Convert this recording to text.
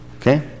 Okay